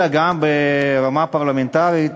אלא גם ברמה הפרלמנטרית.